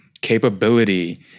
capability